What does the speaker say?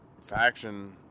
faction